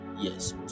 Yes